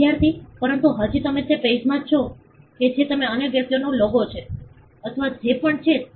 વિદ્યાર્થી પરંતુ હજી પણ તે પેઈજમાં છે કે તે અન્ય વ્યક્તિઓનો લોગો છે અથવા જે પણ છે તે